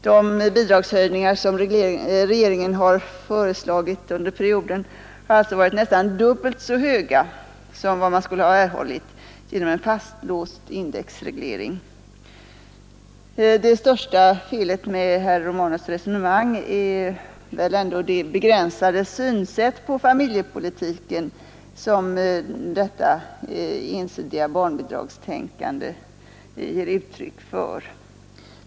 De bidragshöjningar som regeringen föreslagit under perioden har alltså varit nästan dubbelt så stora som vad man skulle ha erhållit genom en fastlåst indexreglering. Det största felet med herr Romanus” resonemang är väl ändå det begränsade synsätt i fråga om familjepolitiken som detta ensidiga barnbidragstänkande ger uttryck för.